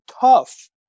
tough